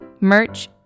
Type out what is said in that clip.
merch